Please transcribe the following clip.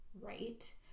right